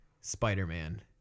Spider-Man